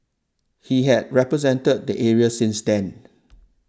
he had represented the area since then